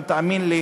תאמין לי,